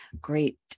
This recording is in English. Great